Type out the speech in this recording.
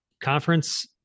conference